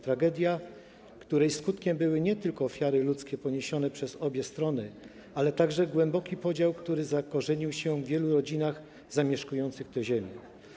Tragedia, której skutkiem były nie tylko ofiary ludzkie, ofiary poniesione przez obie strony, ale także głęboki podział, który zakorzenił się w wielu rodzinach zamieszkujących te ziemie.